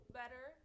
better